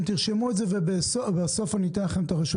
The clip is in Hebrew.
אתם תרשמו את זה ובסוף אתן לכם את רשות